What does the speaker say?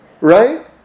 Right